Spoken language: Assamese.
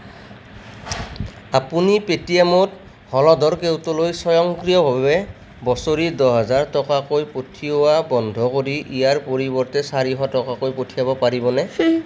আপুনি পে'টিএমত হলধৰ কেওটলৈ স্বয়ংক্ৰিয়ভাৱে বছৰি দহ হাজাৰ টকাকৈ পঠিওৱা বন্ধ কৰি ইয়াৰ পৰিৱৰ্তে চাৰিশ টকাকৈ পঠিয়াব পাৰিবনে